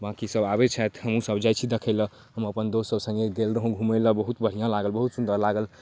बाँकिसब आबै छथि हमहूँसभ जाइ छी देखैलए हम अपन दोस्तसभ सङ्गे गेल रहौँ घुमैलए बहुत बढ़िआँ लागल बहुत सुन्दर लागल